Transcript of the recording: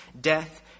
death